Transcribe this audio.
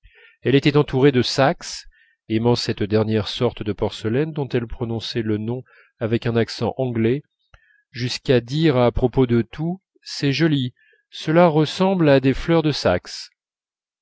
elle était entourée de saxe aimant cette dernière sorte de porcelaine dont elle prononçait le nom avec un accent anglais jusqu'à dire à propos de tout c'est joli cela ressemble à des fleurs de saxe